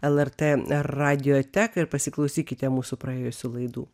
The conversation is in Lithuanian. lrt radioteką ir pasiklausykite mūsų praėjusių laidų